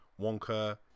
wonka